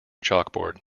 chalkboard